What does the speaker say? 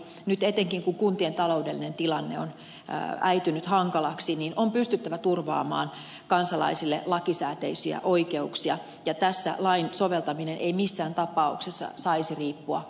nyt etenkin kun kuntien taloudellinen tilanne on äitynyt hankalaksi on pystyttävä turvaamaan kansalaisille lakisääteisiä oikeuksia ja tässä lain soveltaminen ei missään tapauksessa saisi riippua asuinkunnasta